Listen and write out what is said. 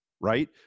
right